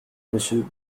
monsieur